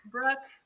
Brooke